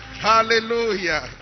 Hallelujah